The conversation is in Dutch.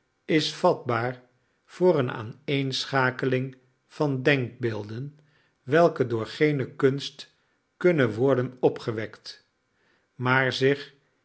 is vatbaar voor eene aaneenschakeling van denkbeelden welke door geene kunst kunnen worden opgewekt maar zich